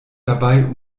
dabei